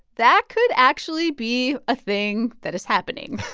that could actually be a thing that is happening.